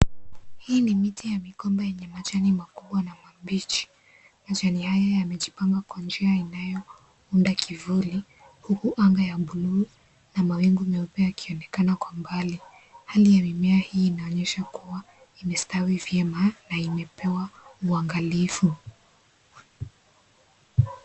Hii ni miti ya migomba yenye majani makubwa na mabichi. Majani haya yamejipanga kwa njia inayounda kivuli huku anga ya buluu na mawingu meupe yakionekana kwa mbali. Hali ya mimea hii inaonyesha kuwa imestawi vyema na imepewa uangalifu.